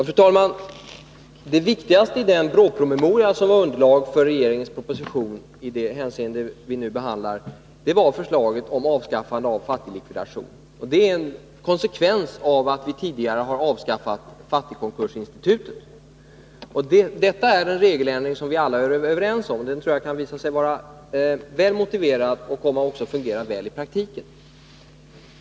Fru talman! Det viktigaste i den BRÅ-promemoria som var underlag för regeringens proposition i det hänseende som vi nu behandlar var förslaget om avskaffande av fattiglikvidation. Det är en konsekvens av att vi tidigare har avskaffat fattigkonkursinstitutet. Detta är en regeländring som vi alla är överens om. Jag tror att den kan komma att visa sig vara väl motiverad och att den också kan komma att fungera väl i praktiken.